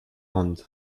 round